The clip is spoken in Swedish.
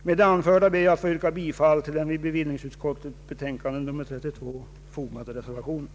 Med det anförda ber jag att få yrka bifall till den vid bevillningsutskottets betänkande nr 32 fogade reservationen.